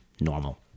normal